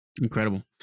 Incredible